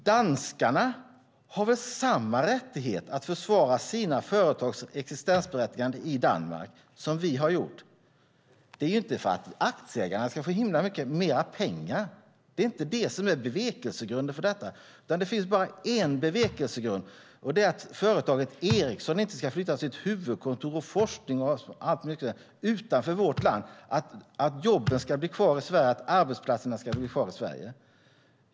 Danskarna har väl samma rättighet att försvara sina företags existensberättigande i Danmark som vi har? Det är inte för aktieägarna ska få så himla mycket mer pengar. Det är inte det som är bevekelsegrunden för detta. Det finns bara en bevekelsegrund, och det är att företaget Ericsson inte ska flytta huvudkontor, forskning och allt annat utanför vårt land - att jobben och arbetsplatserna ska bli kvar i Sverige.